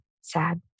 sad